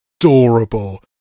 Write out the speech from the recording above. adorable